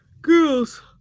girls